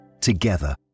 together